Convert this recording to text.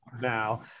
now